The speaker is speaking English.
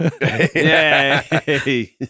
Yay